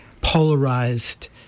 polarized